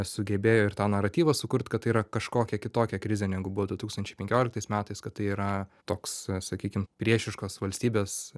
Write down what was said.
sugebėjo ir tą naratyvą sukurt kad tai yra kažkokia kitokia krizė negu buvo du tūkstančiai penkioliktais metais kad tai yra toks sakykim priešiškos valstybės